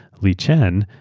lei chen,